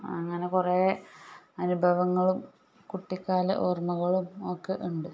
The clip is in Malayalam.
അങ്ങനെ കുറെ അനുഭവങ്ങളും കുട്ടിക്കാല ഓർമ്മകളും ഒക്കെ ഉണ്ട്